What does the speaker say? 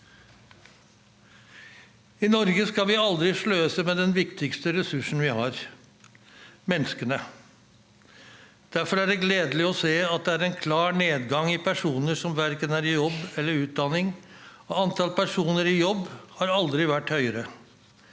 I Norge skal vi aldri sløse med den viktigste ressursen vi har: menneskene. Derfor er det gledelig å se at det er en klar nedgang i antall personer som verken er i jobb eller utdanning. Antall personer i jobb har aldri vært høyere.